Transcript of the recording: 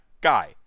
guy